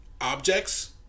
objects